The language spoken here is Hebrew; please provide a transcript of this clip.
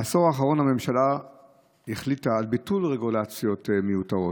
בעשור האחרון הממשלה החליטה על ביטול רגולציות מיותרות.